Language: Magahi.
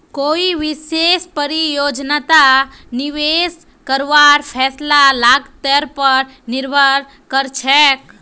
कोई विशेष परियोजनात निवेश करवार फैसला लागतेर पर निर्भर करछेक